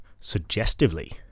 suggestively